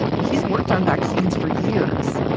she's worked on vaccines for years.